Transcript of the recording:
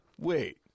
wait